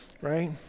Right